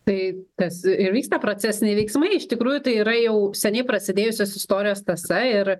tai tas ir vyksta procesiniai veiksmai iš tikrųjų tai yra jau seniai prasidėjusios istorijos tąsa ir